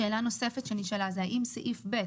שאלה נוספת שנשאלה זה האם סעיף (ב),